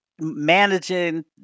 Managing